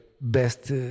best